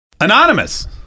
Anonymous